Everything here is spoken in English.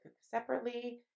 separately